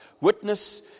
Witness